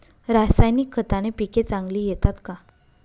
रासायनिक खताने पिके चांगली येतात का?